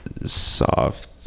soft